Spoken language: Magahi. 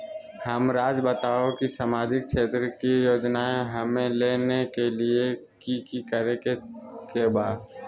हमराज़ बताओ कि सामाजिक क्षेत्र की योजनाएं हमें लेने के लिए कि कि करे के बा?